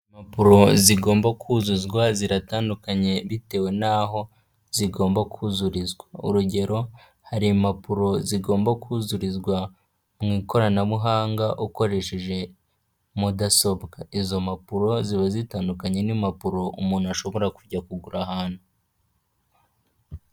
Impapuro zigomba kuzuzwa ziratandukanye bitewe n'aho zigomba kuzurizwa, urugero: hari impapuro zigomba kuzurizwa mu ikoranabuhanga ukoresheje mudasobwa, izo mpapuro ziba zitandukanye n'impapuro umuntu ashobora kujya kugura ahantu.